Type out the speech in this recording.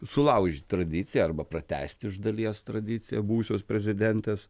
sulaužyt tradiciją arba pratęsti iš dalies tradiciją buvusios prezidentės